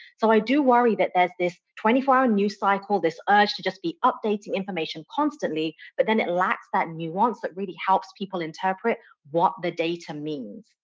so i do worry that there's this twenty four hour news cycle, this urge to just be updating information constantly, but then it lacks that nuance that really helps people interpret what the data means.